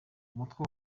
umutwe